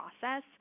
process